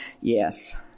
yes